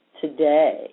today